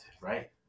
right